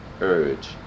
urge